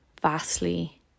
vastly